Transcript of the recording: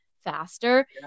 faster